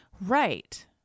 right